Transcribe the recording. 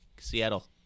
Seattle